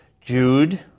Jude